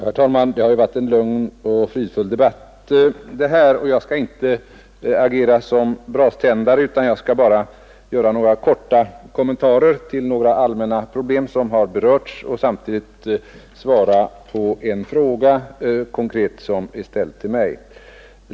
Herr talman! Det har varit en lugn och fridfull debatt, och jag skall inte agera som braständare utan bara göra några korta kommentarer till några allmänna problem som berörts och samtidigt svara på en konkret fråga som ställts till mig.